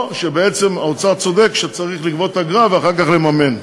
או שבעצם האוצר צודק שצריך לגבות אגרה ואחר כך לממן.